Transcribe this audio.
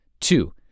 Two